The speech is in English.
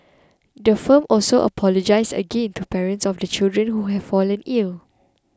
the firm also apologised again to parents of the children who have fallen ill